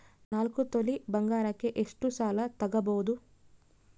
ನಾಲ್ಕು ತೊಲಿ ಬಂಗಾರಕ್ಕೆ ಎಷ್ಟು ಸಾಲ ತಗಬೋದು?